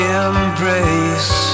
embrace